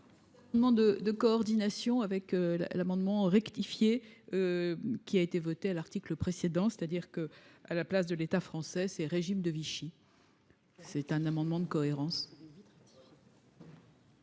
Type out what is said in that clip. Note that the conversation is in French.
Demande de de coordination avec la l'amendement rectifié. Qui a été votée à l'article précédent, c'est-à-dire que, à la place de l'État français c'est régime de Vichy. C'est un amendement de cohérence.